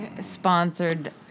sponsored